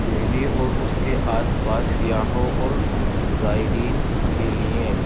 دہلی اور اس کے آس پاس سیاحوں اور زائرین کے لیے